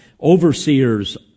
overseers